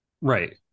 right